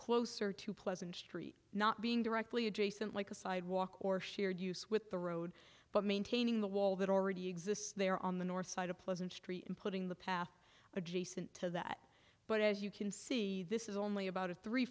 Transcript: closer to pleasant street not being directly adjacent like a sidewalk or shared use with the road but maintaining the wall that already exists there on the north side of pleasant street and putting the path adjacent to that but as you can see this is only about a three